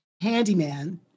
handyman